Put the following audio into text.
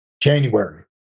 January